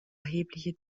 erhebliche